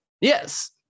Yes